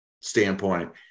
standpoint